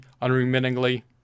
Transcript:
unremittingly